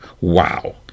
wow